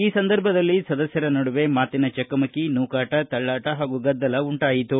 ಈ ಸಂದರ್ಭದಲ್ಲಿ ಸದಸ್ಕರ ನಡುವೆ ಮಾತಿನ ಚಕಮಕಿ ನೂಕಾಟ ತಳ್ಳಾಟ ಹಾಗೂ ಗದ್ದಲ ಉಂಟಾಯಿತು